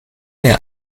der